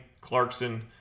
Clarkson